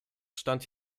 stand